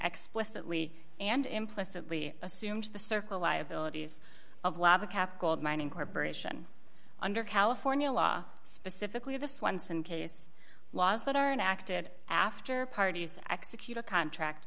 explicitly and implicitly assumed the circle liabilities of lava cap gold mining corporation under california law specifically the swenson case laws that are in acted after parties execute a contract